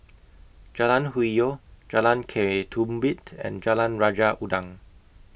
Jalan Hwi Yoh Jalan Ketumbit and Jalan Raja Udang